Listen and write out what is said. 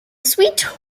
sweet